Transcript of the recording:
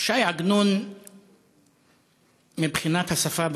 ש"י עגנון מבחינת השפה,